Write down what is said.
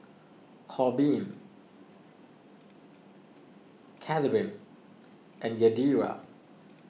Korbin Kathyrn and Yadira